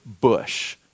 bush